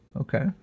okay